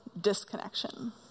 disconnection